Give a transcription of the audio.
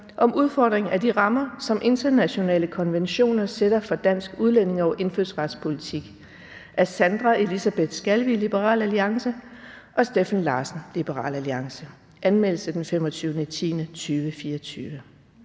om udfordring af de rammer, som internationale konventioner sætter for dansk udlændinge- og indfødsretspolitik. Af Sandra Elisabeth Skalvig (LA) og Steffen Larsen (LA). (Anmeldelse 25.10.2024).